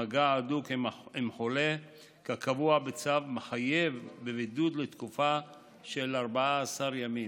מגע הדוק עם חולה כקבוע בצו מחייב בבידוד לתקופה של 14 ימים.